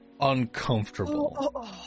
uncomfortable